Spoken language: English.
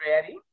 ready